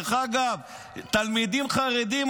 תלמידים חרדים,